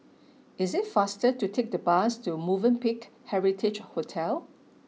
is it faster to take the bus to Movenpick Heritage Hotel